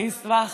אני אשמח,